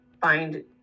find